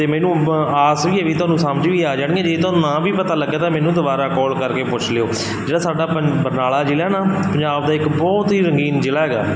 ਅਤੇ ਮੈਨੂੰ ਅ ਆਸ ਵੀ ਹੈ ਵੀ ਤੁਹਾਨੂੰ ਸਮਝ ਵੀ ਆ ਜਾਣਗੀਆਂ ਜੇ ਤੁਹਾਨੂੰ ਨਾ ਵੀ ਪਤਾ ਲੱਗਾ ਤਾਂ ਮੈਨੂੰ ਦੁਬਾਰਾ ਕਾਲ ਕਰਕੇ ਪੁੱਛ ਲਿਓ ਜਿਹੜਾ ਸਾਡਾ ਬਰ ਬਰਨਾਲਾ ਜ਼ਿਲ੍ਹਾ ਨਾ ਪੰਜਾਬ ਦਾ ਇੱਕ ਬਹੁਤ ਹੀ ਰੰਗੀਨ ਜ਼ਿਲ੍ਹਾ ਹੈਗਾ